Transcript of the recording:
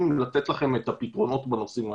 שיכולים לתת לכם את הפתרונות בנושאים האלה.